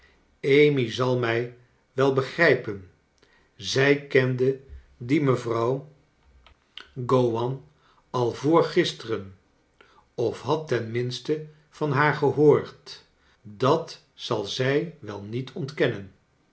amy zal mij wel begrijpen zij kende die mevrouw gowan al voor gisteren of had tenminste van haar gehoord dat zal zij wel niet ontkennen